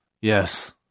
Yes